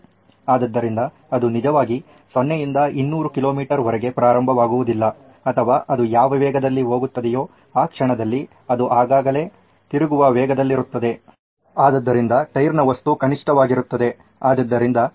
ಆದ್ದರಿಂದ ಅದು ನಿಜವಾಗಿ 0 ಯಿಂದ 200 ಕಿಲೋಮೀಟರ್ ವರೆಗೆ ಪ್ರಾರಂಭವಾಗುವುದಿಲ್ಲ ಅಥವಾ ಅದು ಯಾವ ವೇಗದಲ್ಲಿ ಹೋಗುತ್ತದೆಯೋ ಆ ಕ್ಷಣದಲ್ಲಿ ಅದು ಆಗಾಗಲೇ ತಿರುಗುವ ವೇಗದಲ್ಲಿರುತ್ತದೆ ಆದ್ದರಿಂದ ಟೈರ್ನ ವಸ್ತು ಕನಿಷ್ಠವಾಗಿರುತ್ತದೆ